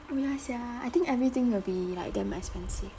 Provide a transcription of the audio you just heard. oh ya sia I think everything will be like damn expensive